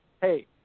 hey